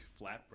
flatbread